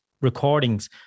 recordings